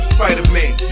Spider-Man